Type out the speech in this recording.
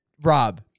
Rob